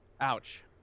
ouch